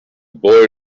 boy